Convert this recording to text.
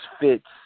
fits